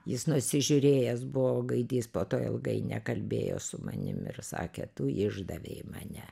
jis nusižiūrėjęs buvo gaidys po to ilgai nekalbėjo su manim ir sakė tu išdavei mane